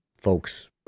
folks